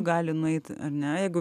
gali nueit ar ne jeigu